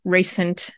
recent